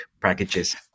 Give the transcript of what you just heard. packages